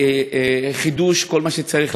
לחידוש כל מה שצריך,